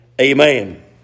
amen